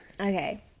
Okay